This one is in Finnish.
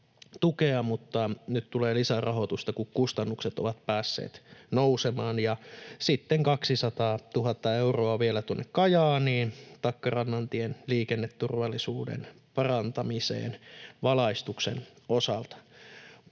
mutta nyt tulee lisärahoitusta, kun kustannukset ovat päässeet nousemaan. Ja sitten tulee 200 000 euroa vielä tuonne Kajaaniin Takkarannantien liikenneturvallisuuden parantamiseen valaistuksen osalta.